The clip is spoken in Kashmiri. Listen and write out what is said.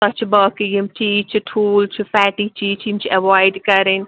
تۅہہِ چھُ باقٕے یِم چیٖز چھِ ٹھوٗل چھِ فیٹی چیٖز چھِ یِم چھِ ایوایڈ کَرٕنۍ